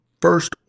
first